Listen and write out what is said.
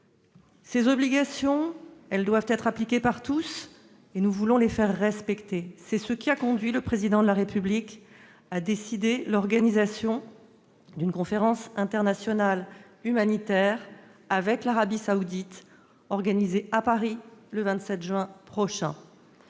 Ces obligations doivent être observées par tous et nous voulons les faire respecter. C'est ce qui a conduit le Président de la République à décider l'organisation d'une conférence internationale humanitaire avec l'Arabie Saoudite. Elle aura lieu à Paris le 27 juin prochain.